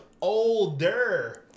older